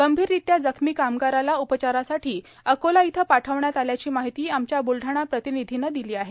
गंभीररात्या जखमी कामगाराला उपचारासाठी अकोला इथं पार्ठावण्यात आल्याची मार्गाहती आमच्या ब्लढाणा प्रार्तानधीनं दिलो आहे